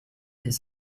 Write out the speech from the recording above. his